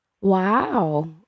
Wow